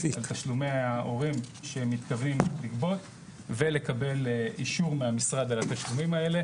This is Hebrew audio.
על תשלומי ההורים שמתכוונים לגבות ולקבל אישור מהמשרד על התשלומים האלה.